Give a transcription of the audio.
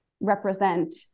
represent